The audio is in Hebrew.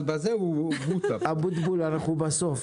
אנחנו בסוף.